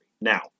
Now